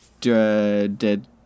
dead